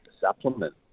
supplement